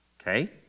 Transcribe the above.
Okay